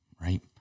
right